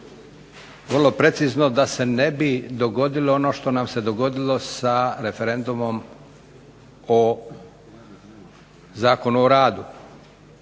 vrlo precizno da se ne bi dogodilo ono što nam se dogodilo sa referendumom o Zakonu o radu.